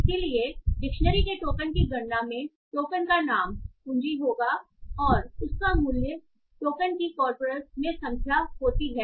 इसलिए डिक्शनरी के टोकन की गणना में टोकन का नाम कुंजी होगी और उसका मूल्य टोकन की कोरपस में संख्या होती है